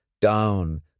down